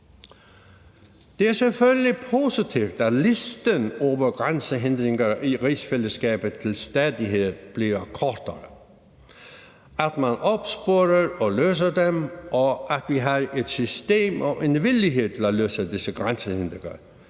Det er selvfølgelig positivt, at listen over grænsehindringer i rigsfællesskabet til stadighed bliver kortere, at man opsporer og løser dem, og at vi har et system og en villighed til at fjerne disse grænsehindringer,